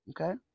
okay